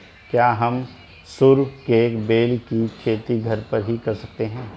क्या हम सरू के बेल की खेती घर पर ही कर सकते हैं?